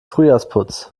frühjahrsputz